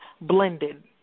blended